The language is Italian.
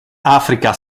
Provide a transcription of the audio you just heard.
africa